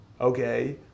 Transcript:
okay